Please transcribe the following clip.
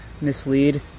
mislead